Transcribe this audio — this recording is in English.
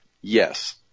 Yes